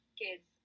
kids